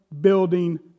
building